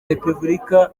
repubulika